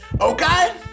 Okay